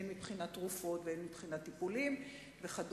הן מבחינת תרופות והן מבחינת טיפולים וכדומה,